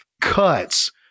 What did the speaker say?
cuts